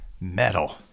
Metal